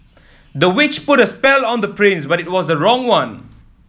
the witch put a spell on the prince but it was the wrong one